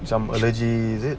some allergy is it